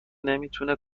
نمیتونه